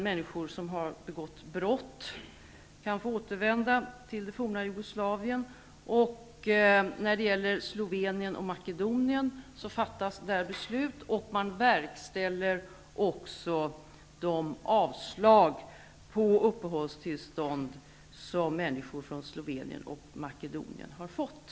Människor som har begått brott kan få återvända till det forna Jugoslavien. När det gäller Slovenien och Makedonien fattas beslut, och man verkställer också de avslag på ansökningar om uppehållstillstånd som människor från Slovenien och Makedonien har fått.